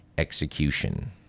execution